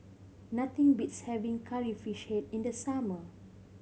nothing beats having Curry Fish Head in the summer